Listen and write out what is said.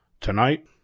Tonight